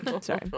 Sorry